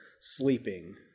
sleeping